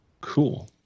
cool